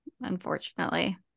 Unfortunately